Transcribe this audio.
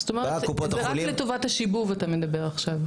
זאת אומרת, זה רק לטובת השיבוב אתה מדבר עכשיו.